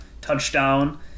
touchdown